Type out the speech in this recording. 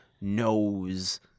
knows